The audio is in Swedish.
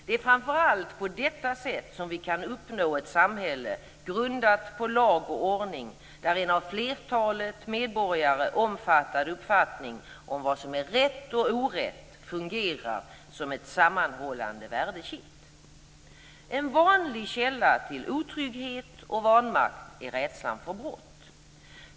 Det är framför allt på detta sätt som vi kan uppnå ett samhälle grundat på lag och ordning, där en av flertalet medborgare omfattad uppfattning om vad som är rätt och orätt fungerar som ett sammanhållande värdekitt. En vanlig källa till otrygghet och vanmakt är rädslan för brott.